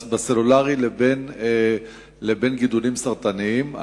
בסלולרי לבין גידולים סרטניים,